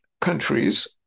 countries